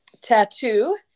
tattoo